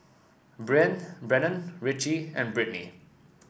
Brennen Richie and Brittnee